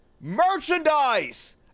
Merchandise